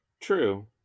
true